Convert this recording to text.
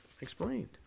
explained